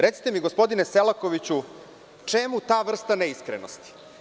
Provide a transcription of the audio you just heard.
Recite mi, gospodine Selakoviću, čemu ta vrsta neiskrenosti?